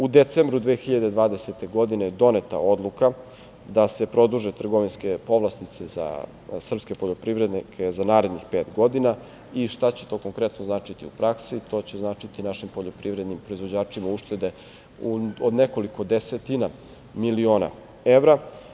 U decembru 2020. godine doneta je odluka da se produže trgovinske povlastice za srpske poljoprivrednike za narednih pet godina, i šta će to konkretno značiti u praksi to će značiti našim poljoprivrednim proizvođačima uštede od nekoliko desetina miliona evra.